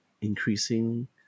increasing